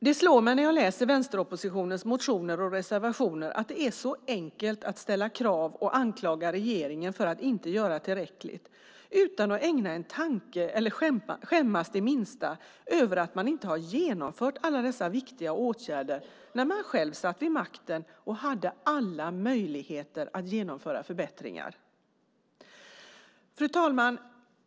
Det slår mig när jag läser vänsteroppositionens motioner och reservationer att det är så enkelt att ställa krav och anklaga regeringen för att den inte gör tillräckligt utan att ägna en tanke åt eller skämmas det minsta över att man inte genomförde alla dessa viktiga åtgärder när man själv satt vid makten och hade alla möjligheter att genomföra förbättringar. Fru talman!